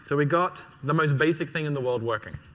so we got the most basic thing in the world working.